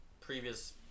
previous